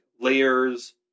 layers